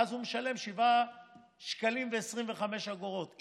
ואז הוא משלם שבעה שקלים ו-25 אגורות,